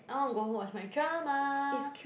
I want go home watch my drama